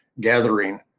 gathering